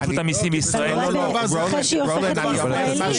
רשות המיסים בישראל לא --- היא הופכת לישראלית.